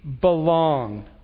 belong